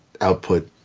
output